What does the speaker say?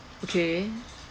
okay